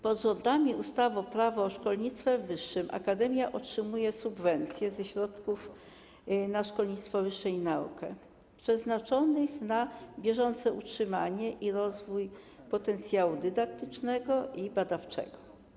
Pod rządami ustawy Prawo o szkolnictwie wyższym akademia otrzymuje subwencję ze środków na szkolnictwo wyższe i naukę przeznaczonych na bieżące utrzymanie i rozwój potencjału dydaktycznego i badawczego.